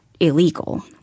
illegal